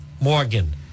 Morgan